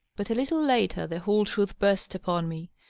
but a little later the whole truth burst upon me.